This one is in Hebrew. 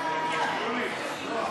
נתקבלו.